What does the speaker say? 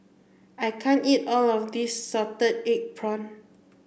I can't eat all of this salted egg prawn